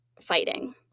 fighting